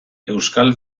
euskal